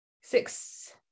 six